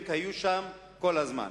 הם היו שם כל הזמן.